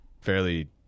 fairly